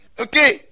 Okay